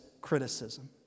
criticism